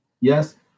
Yes